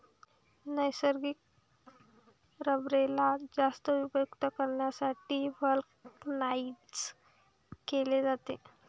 नैसर्गिक रबरेला जास्त उपयुक्त करण्यासाठी व्हल्कनाइज्ड केले जाते